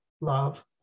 Love